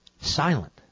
silent